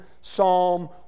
Psalm